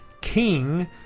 King